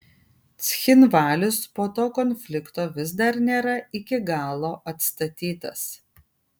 cchinvalis po to konflikto vis dar nėra iki galo atstatytas